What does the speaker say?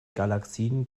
galaxien